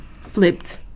flipped